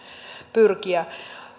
pyrkiä